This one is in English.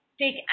take